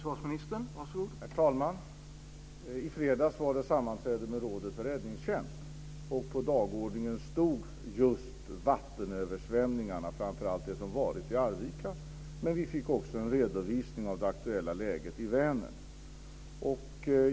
Herr talman! I fredags var jag på sammanträde med Rådet för räddningstjänst. På dagordningen fanns just vattenöversvämningarna, framför allt översvämningarna i Arvika, men vi fick också en redovisning av det aktuella läget i Vänern.